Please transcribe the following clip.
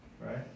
right